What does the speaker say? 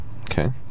Okay